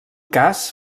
cas